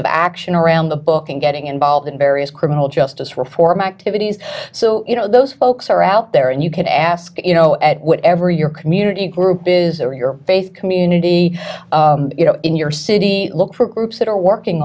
of action around the book and getting involved in various criminal justice reform activities so you know those folks are out there and you can ask you know at whatever your community group is or your faith community you know in your city look for groups that are working